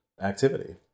activity